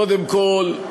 קודם כול,